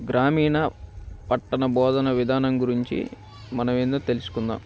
గ్రామీణ పట్టణ బోధన విధానం గురించి మనం ఏందో తెలుసుకుందాం